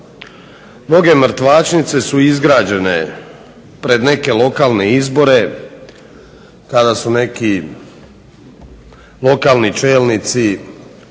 Mnoge mrtvačnice su izgrađene pred neke lokalne izbore kada su neki lokalni čelnici